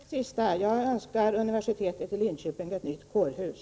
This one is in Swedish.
Herr talman! Jag tackar för det sista. Jag önskar universitetet i Linköping ett nytt kårhus.